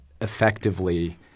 effectively